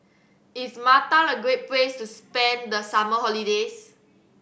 is Malta a great place to spend the summer holidays